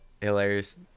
hilarious